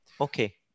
Okay